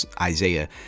Isaiah